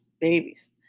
babies